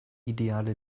ideale